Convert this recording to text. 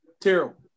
Terrible